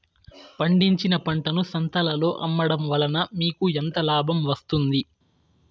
పండించిన పంటను సంతలలో అమ్మడం వలన మీకు ఎంత లాభం వస్తుంది?